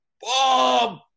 Bob